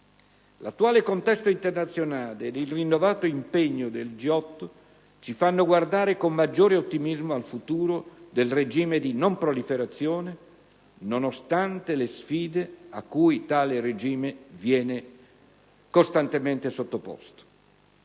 L'attuale contesto internazionale ed il rinnovato impegno dei G8 ci fanno guardare con maggiore ottimismo al futuro del regime di non proliferazione, nonostante le sfide a cui tale regime viene costantemente sottoposto.